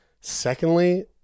Secondly